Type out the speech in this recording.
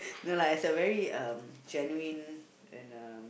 no lah is a very uh genuine and uh